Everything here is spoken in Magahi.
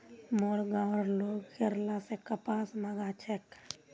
मोर गांउर लोग केरल स कपास मंगा छेक